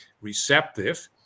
receptive